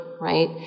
Right